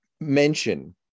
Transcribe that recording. mention